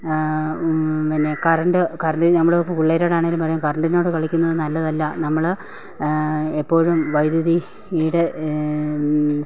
പിന്നെ കറണ്ട് കറണ്ടിന് നമ്മൾ പിള്ളേരോട് ആണെങ്കിലും പറയും കറണ്ടിനോട് കളിക്കുന്നത് നല്ലതല്ല നമ്മൾ എപ്പോഴും വൈദ്യുതി വീട്